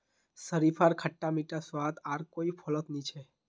शरीफार खट्टा मीठा स्वाद आर कोई फलत नी छोक